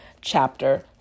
chapter